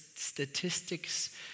Statistics